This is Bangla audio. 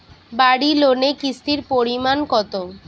বাড়ি লোনে কিস্তির পরিমাণ কত?